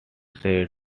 said